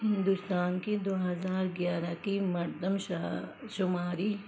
ہندوستان کی دو ہزار گیارہ کی مردم شاہ شماری